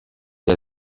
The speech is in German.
der